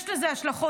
יש לזה השלכות,